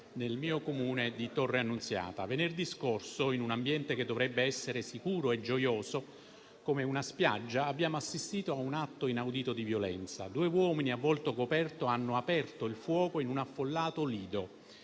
nel mio comune di Torre Annunziata. Venerdì scorso, in un ambiente che dovrebbe essere sicuro e gioioso, come una spiaggia, abbiamo assistito a un atto inaudito di violenza: due uomini a volto coperto hanno aperto il fuoco in un affollato lido,